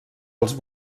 als